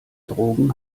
drogen